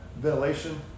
ventilation